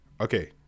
Okay